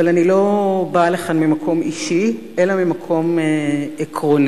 אבל אני לא באה לכאן ממקום אישי אלא ממקום עקרוני.